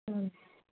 ਹਾਂਜੀ